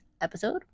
episode